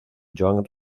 joan